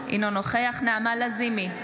אינו נוכח נעמה לזימי,